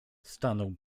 stanął